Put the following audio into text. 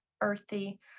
earthy